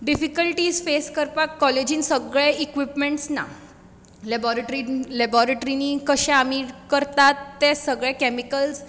difficulties face करपाक कॉलेजीन सगळे इक्विपमेंट्स ना लेबोरिट्री लेबोरिट्रिनीं कशें आमी करतात ते सगळे कॅमिकल्स